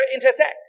intersect